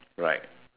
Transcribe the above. right